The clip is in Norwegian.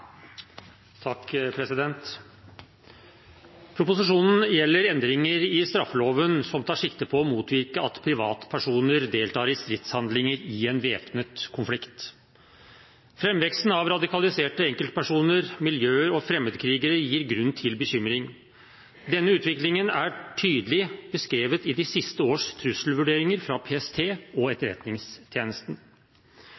Proposisjonen gjelder endringer i straffeloven som tar sikte på å motvirke at privatpersoner deltar i stridshandlinger i en væpnet konflikt. Framveksten av radikaliserte enkeltpersoner, miljøer og fremmedkrigere gir grunn til bekymring. Denne utviklingen er tydelig beskrevet i de siste års trusselvurderinger fra PST og